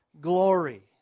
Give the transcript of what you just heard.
glory